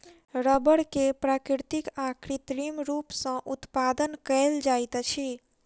रबड़ के प्राकृतिक आ कृत्रिम रूप सॅ उत्पादन कयल जाइत अछि